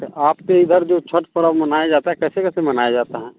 तो आपके इधर जो छठ पर्व मनाया जाता है कैसे कैसे मनाया जाता है